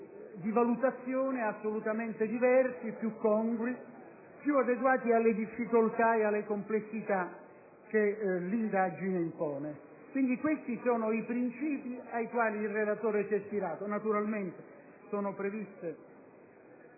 di valutazione assolutamente diversi, più congrui ed adeguati alle difficoltà ed alle complessità che le indagini comportano. Quindi, questi sono i principi ai quali il relatore si è ispirato. Naturalmente è prevista